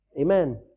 Amen